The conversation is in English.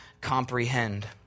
comprehend